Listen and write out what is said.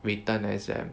written exam